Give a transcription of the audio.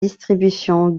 distribution